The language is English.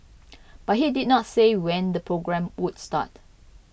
but he did not say when the programme would start